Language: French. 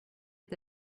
est